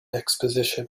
exposition